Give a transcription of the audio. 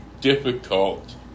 difficult